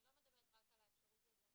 אני לא מדברת רק על האפשרות לזהם